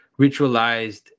ritualized